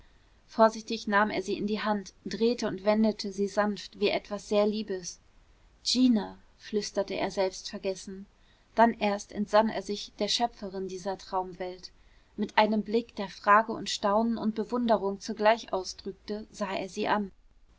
vorsichtig nahm er sie in die hand drehte und wendete sie sanft wie etwas sehr liebes gina flüsterte er selbstvergessen dann erst entsann er sich der schöpferin dieser traumwelt mit einem blick der frage und staunen und bewunderung zugleich ausdrückte sah er sie an